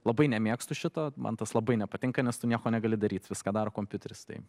labai nemėgstu šito mantas labai nepatinka nes tu nieko negali daryt viską daro kompiuteris tai